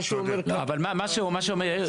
מה שאומר יאיר,